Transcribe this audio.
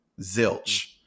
zilch